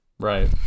Right